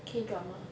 K drama